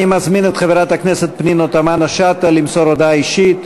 אני מזמין את חברת הכנסת פנינה תמנו-שטה למסור הודעה אישית.